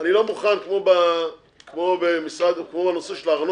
אני לא מוכן, כמו בנושא של הארנונה,